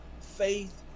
Faith